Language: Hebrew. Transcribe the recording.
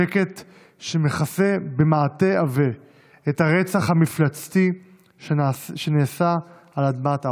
שקט שמכסה במעטה עבה את הרצח המפלצתי שנעשה על אדמת אושוויץ.